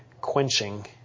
quenching